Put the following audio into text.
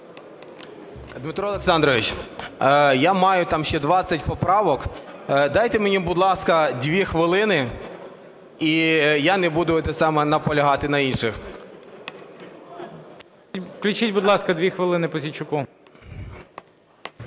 Дмитро Олександрович, я маю ще 20 поправок. Дайте мені, будь ласка, 2 хвилини, і я не буду наполягати на інших. ГОЛОВУЮЧИЙ. Включіть, будь ласка, 2 хвилини Пузійчуку.